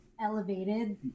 Elevated